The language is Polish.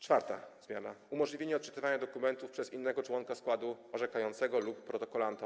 Czwarta zmiana to umożliwienie odczytywania dokumentów przez innego członka składu orzekającego lub protokolanta.